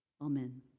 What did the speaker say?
Amen